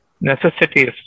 necessities